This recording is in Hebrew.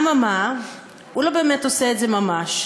אממה, הוא לא באמת עושה את זה ממש.